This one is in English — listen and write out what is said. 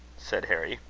said harry.